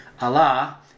Allah